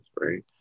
right